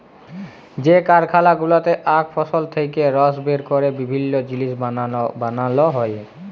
যে কারখালা গুলাতে আখ ফসল থেক্যে রস বের ক্যরে বিভিল্য জিলিস বানাল হ্যয়ে